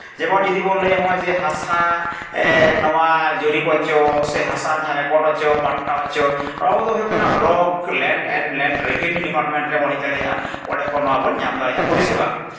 ᱡᱮᱢᱚᱱ ᱡᱩᱫᱤ ᱵᱚᱱ ᱞᱟᱹᱭᱟ ᱱᱚᱜᱼᱚᱭ ᱡᱮ ᱦᱟᱥᱟ ᱱᱚᱣᱟ ᱡᱩᱨᱤᱯ ᱦᱚᱪᱚ ᱥᱮ ᱦᱟᱥᱟ ᱡᱟᱦᱟᱸ ᱨᱮᱠᱚᱨᱰ ᱦᱚᱪᱚ ᱯᱟᱴᱴᱟ ᱦᱚᱪᱚ ᱱᱚᱣᱟ ᱫᱚ ᱦᱩᱭᱩᱜ ᱠᱟᱱᱟ block land and revenue department ᱨᱮᱵᱚᱱ ᱦᱮᱡ ᱫᱟᱲᱮᱭᱟᱜᱼᱟ ᱚᱸᱰᱮ ᱠᱷᱚᱱ ᱱᱚᱣᱟᱵᱚᱱ ᱧᱟᱢ ᱫᱟᱲᱮᱭᱟᱜᱼᱟ ᱯᱚᱨᱤᱥᱮᱵᱟ